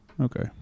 Okay